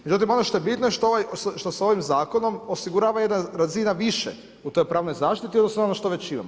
Međutim ono što je bitno i što se ovim zakonom osigurava jedna razina više u toj pravnoj zaštiti odnosno ono što već imamo.